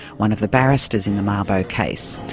one of the barristers in the mabo case.